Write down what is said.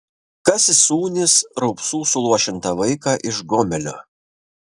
kas įsūnys raupsų suluošintą vaiką iš gomelio